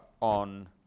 on